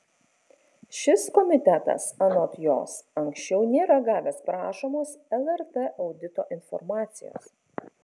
šis komitetas anot jos anksčiau nėra gavęs prašomos lrt audito informacijos